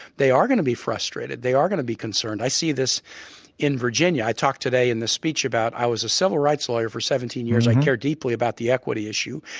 they are going to be frustrated. they are going to be concerned. i see this in virginia. i talked today in the speech about, i was a civil rights lawyer for seventeen years. i care deeply about the equity issue.